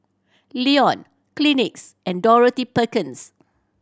Lion Kleenex and Dorothy Perkins